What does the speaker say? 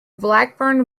blackburn